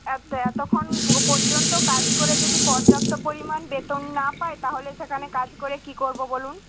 আচ্ছা এতক্ষণ পর্যন্ত কাজ করে যদি পর্যাপ্ত পরিমাণ বেতন না পাই তাহলে সেখানে কাজ করে কী করবো বলুন